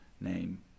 name